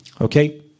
Okay